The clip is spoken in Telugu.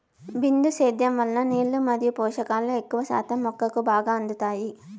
బిందు సేద్యం వలన నీళ్ళు మరియు పోషకాలు ఎక్కువ శాతం మొక్కకు బాగా అందుతాయి